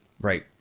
Right